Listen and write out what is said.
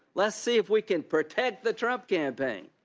let's see if we can protect the trump campaign.